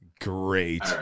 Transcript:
Great